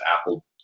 Apple